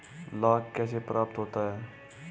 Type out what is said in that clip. लाख कैसे प्राप्त होता है?